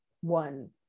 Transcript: one